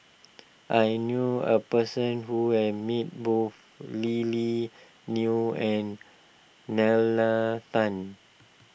I knew a person who have met both Lily Neo and Nalla Tan